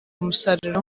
umusaruro